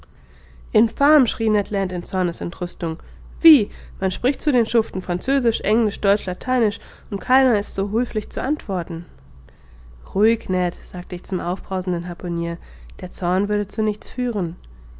infam schrie ned land in zornes entrüstung wie man spricht zu den schuften französisch englisch deutsch lateinisch und keiner ist so höflich zu antworten ruhig ned sagte ich zum aufbrausenden harpunier der zorn würde zu nichts führen